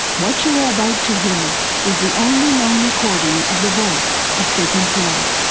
what you are about to hear is the only known recording of the voice of sigmund freud.